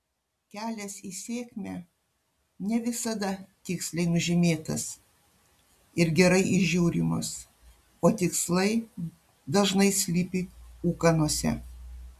kelias į sėkmę ne visada tiksliai nužymėtas ir gerai įžiūrimas o tikslai dažnai slypi ūkanose